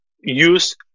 use